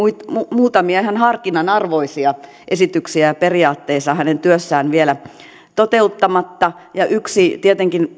muutamia ihan harkinnan arvoisia esityksiä ja periaatteita hänen työssään vielä toteuttamatta yksi tietenkin